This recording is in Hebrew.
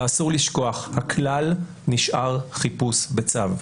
אסור לשכוח, הכלל נשאר חיפוש בצו,